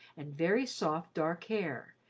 and very soft dark hair,